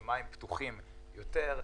השמיים פתוחים יותר.